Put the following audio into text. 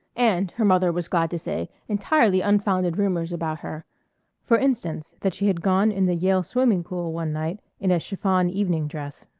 and, her mother was glad to say, entirely unfounded rumors about her for instance, that she had gone in the yale swimming-pool one night in a chiffon evening dress.